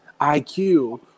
IQ